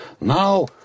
Now